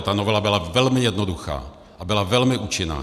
Ta novela byla velmi jednoduchá a byla velmi účinná!